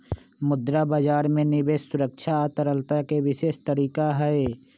मुद्रा बजार में निवेश सुरक्षा आ तरलता के विशेष तरीका हई